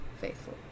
faithful